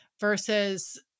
versus